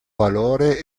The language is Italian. valore